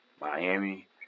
Miami